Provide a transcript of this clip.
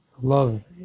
love